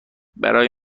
برای